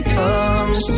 comes